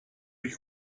lui